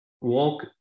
walk